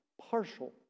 partial